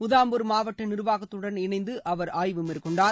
உத்தம்பூர் மாவட்ட நிர்வாகத்துடன் இணைந்து அவர் ஆய்வுமேற்கொண்டார்